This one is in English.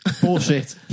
bullshit